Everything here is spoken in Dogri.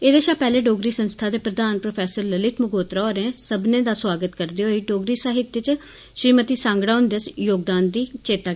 एदे शा पैहले डोगरी संस्था दे प्रधान प्रोफैसर ललित मगोत्रा होरें सब्बने दा सोआगत करदे होई डोगरी साहित्य च श्रीमति सांगड़ा ह्न्दे योगदान गी चेता कीता